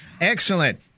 Excellent